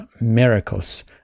miracles